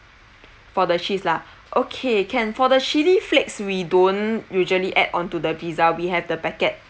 for the cheese lah okay can for the chilli flakes we don't usually add on to the pizza we have the packet